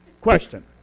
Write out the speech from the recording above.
question